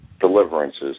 deliverances